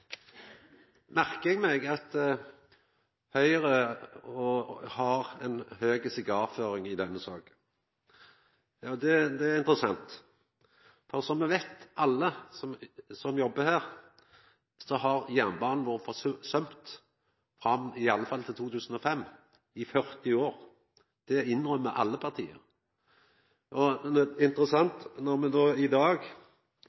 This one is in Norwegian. merkar eg meg at Høgre har høg sigarføring i denne saka. Det er interessant. Som alle som jobbar her veit, har jernbanen vore forsømt i alle fall fram til 2005, i 40 år. Det innrømmer alle partia.